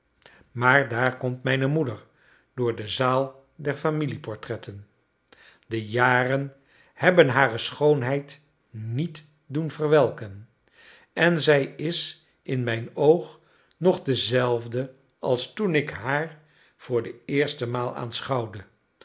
maar daar komt mijne moeder door de zaal der familieportretten de jaren hebben hare schoonheid niet doen verwelken en zij is in mijn oog nog dezelfde als toen ik haar voor de eerste maal